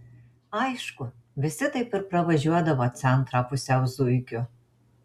aišku visi taip ir pravažiuodavo centrą pusiau zuikiu